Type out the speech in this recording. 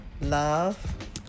love